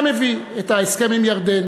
גם הוא הביא את ההסכם עם ירדן.